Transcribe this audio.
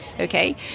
Okay